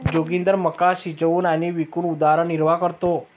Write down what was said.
जोगिंदर मका शिजवून आणि विकून उदरनिर्वाह करतो